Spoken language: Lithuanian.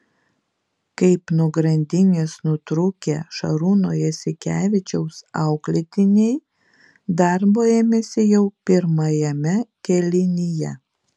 kaip nuo grandinės nutrūkę šarūno jasikevičiaus auklėtiniai darbo ėmėsi jau pirmajame kėlinyje